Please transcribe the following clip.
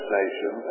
nation